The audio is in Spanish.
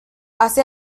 hace